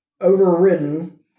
overridden